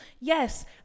Yes